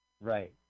Right